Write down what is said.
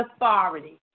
authority